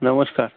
नमस्कार